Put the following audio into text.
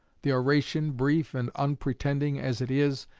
the oration, brief and unpretending as it is,